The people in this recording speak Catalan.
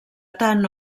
tant